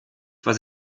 was